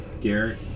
Garrett